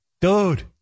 dude